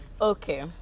Okay